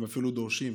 הם אפילו דורשים.